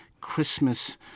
Christmas